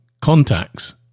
contacts